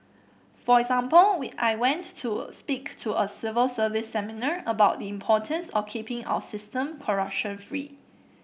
for example we I went to speak to a civil service seminar about the importance of keeping our system corruption free